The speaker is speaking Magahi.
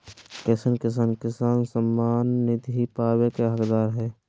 कईसन किसान किसान सम्मान निधि पावे के हकदार हय?